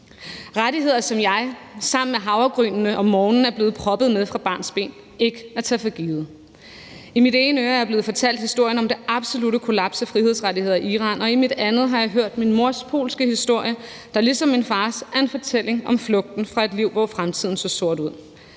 rettigheder, som jeg sammen med havregrynene om morgenen er blevet proppet med fra barnsben ikke at tage for givet. I mit ene øre er jeg blevet fortalt historien om det absolutte kollaps af frihedsrettigheder i Iran, og i mit andet øre har jeg hørt min mors polske historie, der ligesom min fars, er en fortælling om flugten fra et liv, hvor fremtiden så sort ud.